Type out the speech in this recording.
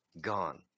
gone